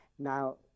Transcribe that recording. Now